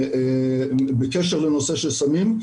בקשר לנושא של סמים,